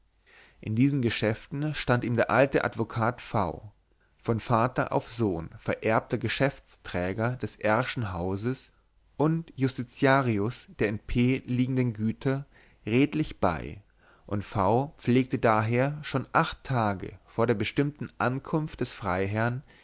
in diesen geschäften stand ihm der alte advokat v von vater auf sohn vererbter geschäftsträger des r schen hauses und justitiarius der in p liegenden güter redlich bei und v pflegte daher schon acht tage vor der bestimmten ankunft des freiherrn